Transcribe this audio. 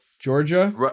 Georgia